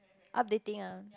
updating ah